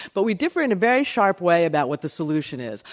but we differ in a very sharp way about what the solution is.